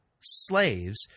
slaves